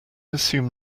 assume